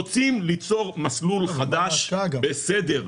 רוצים ליצור מסלול חדש, בסדר,